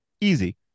easy